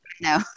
No